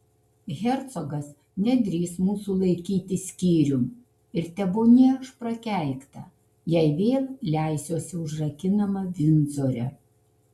hercogas nedrįs mūsų laikyti skyrium ir tebūnie aš prakeikta jei vėl leisiuosi užrakinama vindzore